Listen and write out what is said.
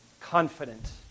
confident